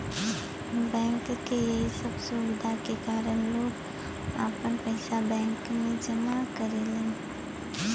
bank के यही सब सुविधा के कारन लोग आपन पइसा बैंक में जमा करेलन